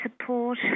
support